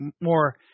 more